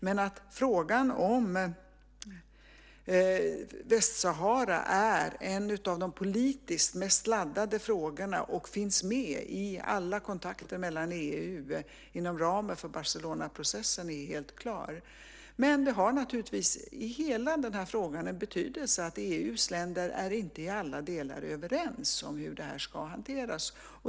Men att frågan om Västsahara är en av de politiskt mest laddade frågorna och finns med i alla kontakter mellan EU inom ramen för Barcelonaprocessen är helt klart. Det har naturligtvis i hela den här frågan en betydelse att EU:s länder inte i alla delar är överens om hur det här ska hanteras.